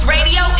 Radio